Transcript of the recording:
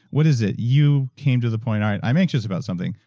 what is it? you came to the point all right, i'm anxious about something.